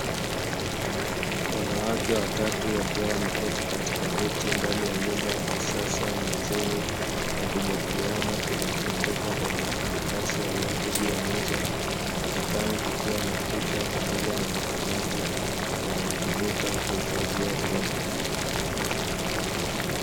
Wanawake watatu wakiwa wameketi katika viti ndani ya nyumba ya kisasa na nzuri, wakijadiliana kilichoandikwa kwenye makaratasi yaliyopo juu ya meza; ukutani kukiwa na picha pamoja na makabati yanayotumika kuhifadhia vyombo.